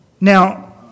Now